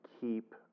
keep